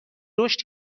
رشد